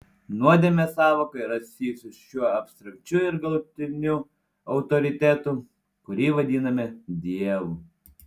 nuodėmės sąvoka yra susijusi su šiuo abstrakčiu ir galutiniu autoritetu kurį vadiname dievu